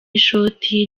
ishoti